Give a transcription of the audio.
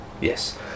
Yes